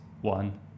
one